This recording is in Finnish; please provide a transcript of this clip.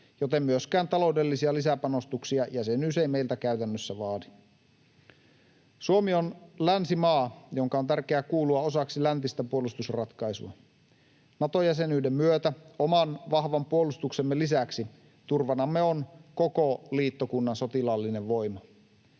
joten myöskään taloudellisia lisäpanostuksia jäsenyys ei meiltä käytännössä vaadi. Suomi on länsimaa, jonka on tärkeää kuulua osaksi läntistä puolustusratkaisua. Nato-jäsenyyden myötä oman vahvan puolustuksemme lisäksi turvanamme on koko liittokunnan sotilaallinen voima.